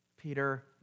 Peter